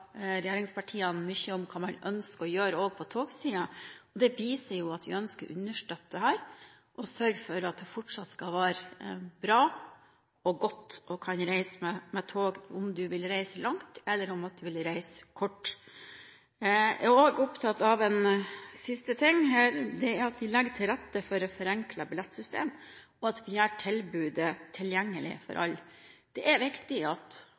regjeringspartiene mye om hva man ønsker å gjøre, også på togsiden. Det viser at vi ønsker å støtte dette og sørge for at det fortsatt skal være bra – godt – å reise med tog, enten du vil reise langt eller du vil reise kort. Jeg er også opptatt av en siste ting, nemlig at vi legger til rette for et forenklet billettsystem, og at vi gjør tilbudet tilgjengelig for alle. Det er viktig at